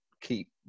keep